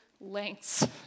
lengths